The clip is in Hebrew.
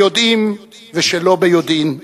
ביודעין ושלא ביודעין,